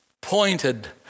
pointed